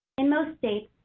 in most states,